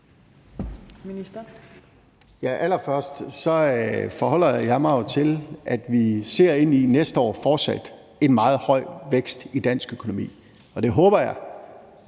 Allerførst forholder jeg mig jo til, at vi fortsat ind i næste år vil se en meget høj vækst i dansk økonomi, og det håber jeg